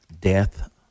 death